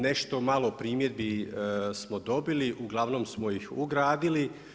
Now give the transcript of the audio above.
Nešto malo primjedbi smo dobili, uglavnom smo ih ugradili.